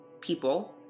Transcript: people